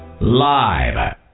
live